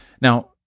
Now